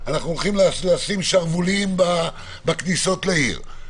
אנחנו הולכים לשים שרוולים בכניסות לעיר,